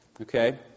okay